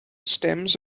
stems